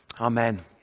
Amen